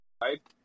right